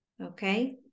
Okay